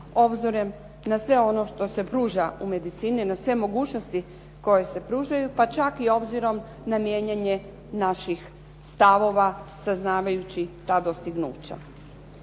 obzirom na sve ono što se pruža u medicini, na sve mogućnosti koje se pružaju, pa čak i obzirom na mijenjanje naših stavova saznavajući ta dostignuća.